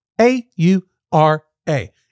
A-U-R-A